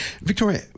Victoria